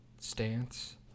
stance